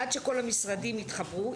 עד שכל המשרדים יתחברו,